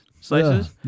slices